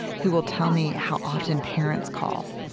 who will tell me how often parents call